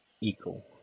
equal